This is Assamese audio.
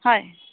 হয়